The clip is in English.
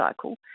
cycle